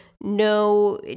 No